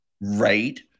Right